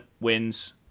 wins